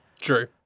True